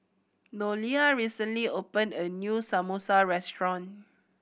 Nolia recently opened a new Samosa restaurant